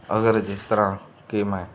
ਅਗਰ ਜਿਸ ਤਰ੍ਹਾਂ ਕਿ ਮੈਂ